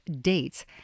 dates